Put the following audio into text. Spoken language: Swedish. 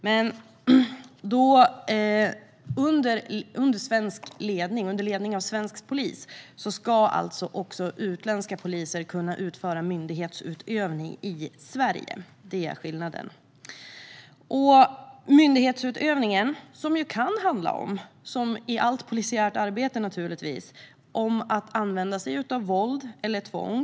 Men tanken är att utländska poliser, under ledning av svensk polis, ska kunna utföra myndighetsutövning i Sverige. Det är skillnaden. Myndighetsutövningen kan, som i allt polisiärt arbete, handla om att använda sig av våld eller tvång.